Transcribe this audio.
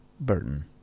Burton